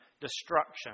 destruction